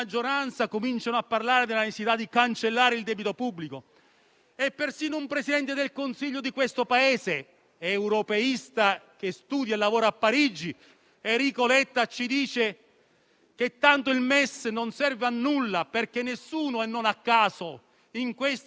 Siete voi che fate un dibattito ideologico sul MES. Persino alcuni Presidenti del Consiglio di questo Paese, più avveduti, vi dicono di finirla con questa storia, che è una bandiera inutile, una falsa bandiera, e di andare a prendere le risorse dove ci sono e soprattutto di utilizzarle dove davvero servono.